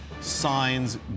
signs